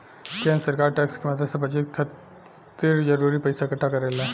केंद्र सरकार टैक्स के मदद से बजट खातिर जरूरी पइसा इक्कठा करेले